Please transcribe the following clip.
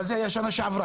אבל זה היה שנה שעברה.